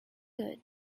good